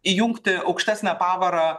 įjungti aukštesnę pavarą